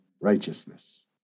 righteousness